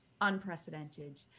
unprecedented